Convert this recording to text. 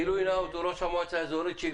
גילוי נאות: הוא ראש המועצה האזורית שלי,